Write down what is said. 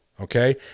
Okay